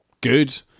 good